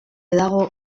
dago